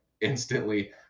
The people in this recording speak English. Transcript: instantly